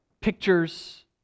pictures